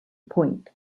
point